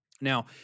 Now